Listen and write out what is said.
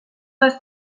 les